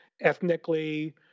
ethnically